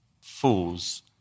Fools